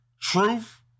truth